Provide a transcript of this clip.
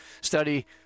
study